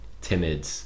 timid